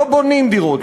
לא בונים דירות,